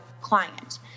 client